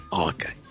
okay